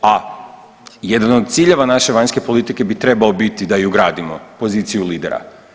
A jedan od ciljeva naše vanjske politike bi trebao biti da ju gradimo, poziciju lidera.